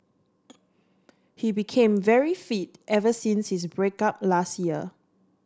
he became very fit ever since his break up last year